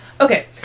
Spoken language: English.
Okay